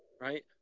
right